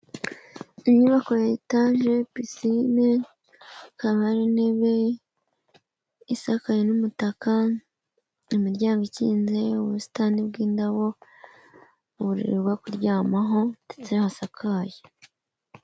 inyubako ya etaje pisine hakaba hari n'intebe isakaye n'umutaka, imiryango ikinze ubusitani bw'indabo uburiri bwo kuryamaho ndetse hasakaye.